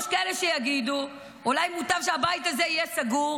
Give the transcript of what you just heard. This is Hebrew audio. יש כאלה שיגידו שאולי מוטב שהבית הזה יהיה סגור